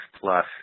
plus